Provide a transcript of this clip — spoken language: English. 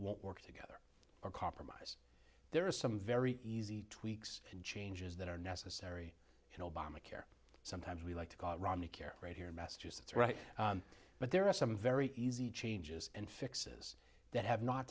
won't work together or compromise there are some very easy tweaks and changes that are necessary in obamacare sometimes we like to call romney care right here in massachusetts right but there are some very easy changes and fixes that have not